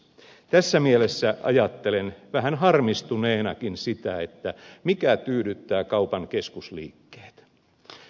tässä mielessä ajattelen vähän harmistuneenakin sitä mikä tyydyttää kaupan keskusliikkeitä